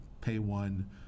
pay-one